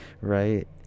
right